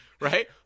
right